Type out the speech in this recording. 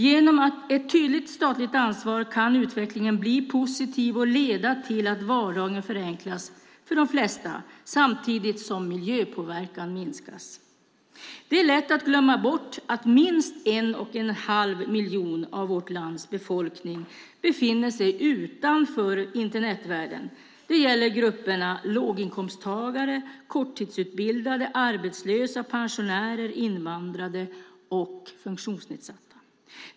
Genom ett tydligt statligt ansvar kan utvecklingen bli positiv och leda till att vardagen förenklas för de flesta samtidigt som miljöpåverkan minskas. Det är lätt att glömma bort att minst en och en halv miljon av vårt lands befolkning befinner sig utanför Internetvärlden. Det gäller grupperna låginkomsttagare, korttidsutbildade, arbetslösa, pensionärer, invandrade och funktionsnedsatta.